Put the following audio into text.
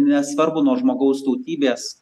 nesvarbu nuo žmogaus tautybės